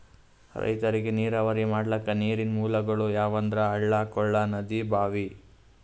ರೈತರಿಗ್ ನೀರಾವರಿ ಮಾಡ್ಲಕ್ಕ ನೀರಿನ್ ಮೂಲಗೊಳ್ ಯಾವಂದ್ರ ಹಳ್ಳ ಕೊಳ್ಳ ನದಿ ಭಾಂವಿ